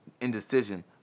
indecision